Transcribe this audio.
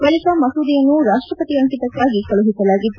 ಬಳಿಕ ಮಸೂದೆಯನ್ನು ರಾಷ್ಲಪತಿ ಅಂಕಿತಕ್ಕಾಗಿ ಕಳುಹಿಸಲಾಗಿತ್ತು